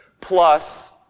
plus